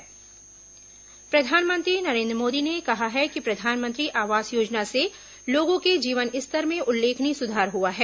प्रधानमंत्री आवास योजना प्रधानमंत्री नरेन्द्र मोदी ने कहा कि प्रधानमंत्री आवास योजना से लोगों के जीवन स्तर में उल्लेखनीय सुधार हुआ है